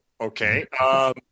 Okay